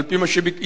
על-פי מה שהצעתי,